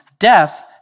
Death